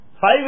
Five